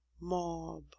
Mob